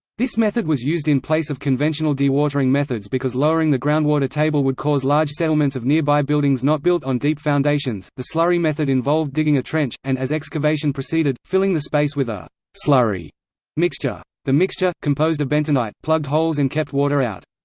this method was used in place of conventional dewatering methods because lowering the groundwater table would cause large settlements of nearby buildings not built on deep foundations the slurry method involved digging a trench, and as excavation proceeded, filling the space with a slurry mixture. the mixture, composed of bentonite, plugged holes and kept water out.